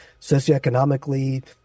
socioeconomically